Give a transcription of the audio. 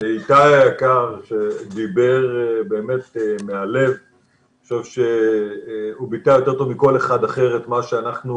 לאיתי היקר שדיבר באמת מהלב וביטא יותר טוב מכל אחד אחר את מה שאנחנו